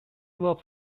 wolf